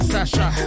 Sasha